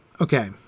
okay